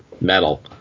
metal